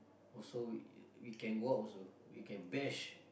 also we we can go out also we can bash